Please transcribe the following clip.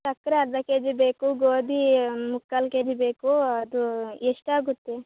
ಸಕ್ಕರೆ ಅರ್ಧ ಕೆಜಿ ಬೇಕು ಗೋಧಿ ಒಂದು ಮುಕ್ಕಾಲು ಕೆಜಿ ಬೇಕು ಅದು ಎಷ್ಟಾಗುತ್ತೆ